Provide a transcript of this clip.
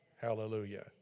Hallelujah